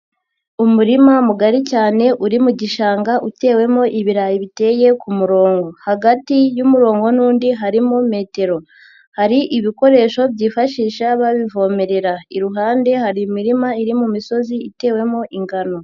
Umurima mugari cyane uri mu gishanga utewemo ibirayi biteye ku murongo hagati y'umurongo n'undi harimo metero, hari ibikoresho byifashisha babivomerera, iruhande hari imirima iri mu misozi itewemo ingano.